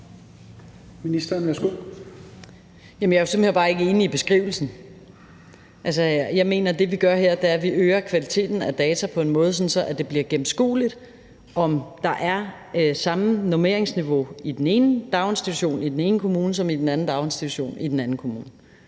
det, vi gør her, er, at vi øger kvaliteten af data på en måde, så det bliver gennemskueligt, om der er samme normeringsniveau i daginstitutionen i den ene kommune, som der er i daginstitutionen i den anden kommune.